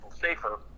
safer